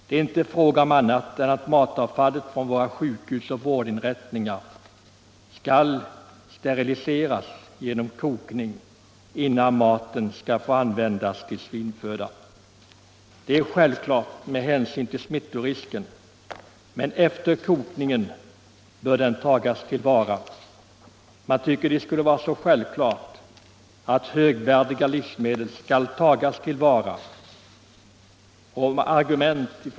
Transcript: Det är inte fråga om annat än att matavfallet från våra sjukhus och vårdinrättningar skall steriliseras genom kokning innan maten får användas till svinföda. Det är självklart med hänsyn till smittorisken. Men matavfallet bör tas till vara efter kokningen. Man tycker det skulle vara alldeles självklart att högvärdiga livsmedel skall tas till vara.